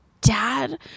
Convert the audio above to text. dad